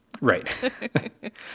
Right